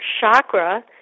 chakra